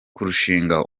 kurushinga